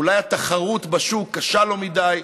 אולי התחרות בשוק קשה לו מדי,